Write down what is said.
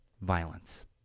Violence